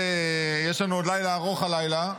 יש לנו עוד לילה ארוך הלילה.